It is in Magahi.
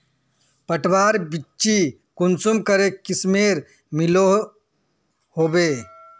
पटवार बिच्ची कुंसम करे किस्मेर मिलोहो होबे?